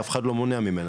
אף אחד לא מונע ממנה?